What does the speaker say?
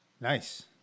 Nice